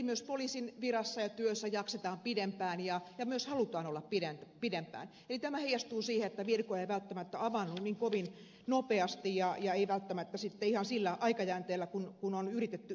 myös poliisin virassa ja työssä jaksetaan pidempään ja myös halutaan olla pidempään eli tämä heijastuu siihen että virkoja ei välttämättä avaudu niin kovin nopeasti eikä välttämättä sitten ihan sillä aikajänteellä kuin on yritetty ennakoida